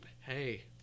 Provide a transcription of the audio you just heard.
Hey